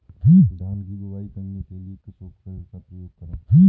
धान की बुवाई करने के लिए किस उपकरण का उपयोग करें?